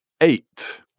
eight